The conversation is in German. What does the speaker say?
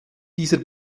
dieser